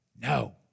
No